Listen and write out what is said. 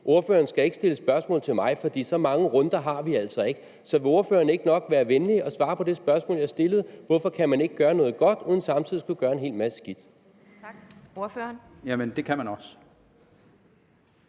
Ordføreren skal ikke stille spørgsmål til mig, for så mange runder har vi altså ikke. Så vil ordføreren ikke nok være venlig at svare på det spørgsmål, jeg stillede: Hvorfor kan man ikke gøre noget godt uden samtidig at skulle gøre en hel masse skidt? Kl. 10:50 Anden næstformand